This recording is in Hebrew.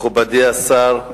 מכובדי השר,